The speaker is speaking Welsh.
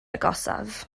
agosaf